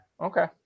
Okay